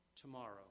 tomorrow